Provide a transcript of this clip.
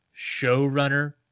showrunner